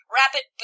rapid